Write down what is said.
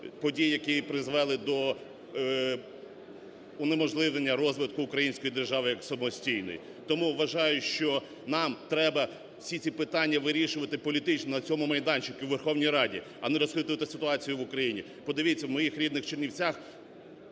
подій, які й призвели до унеможливлення розвитку української держави як самостійної. Тому вважаю, що нам треба всі ці питання вирішувати політично на цьому майданчику у Верховній Раді, а не розхитувати ситуацію в Україні. Подивіться, в моїх рідних Чернівцях